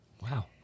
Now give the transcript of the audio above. Wow